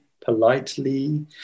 politely